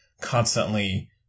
constantly